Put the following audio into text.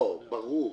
ברור,